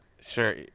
Sure